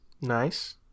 Nice